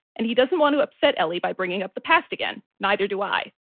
and he doesn't want to upset ellie by bringing up the past again. neither do i.